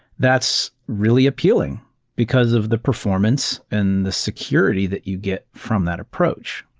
that's really appealing because of the performance and the security that you get from that approach.